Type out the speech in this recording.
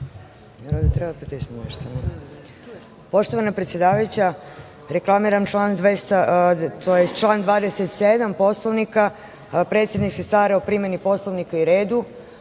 Poštovana predsedavajuća, reklamiram član 27. Poslovnika – predsednik se stara o primeni Poslovnika i redu.